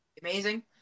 Amazing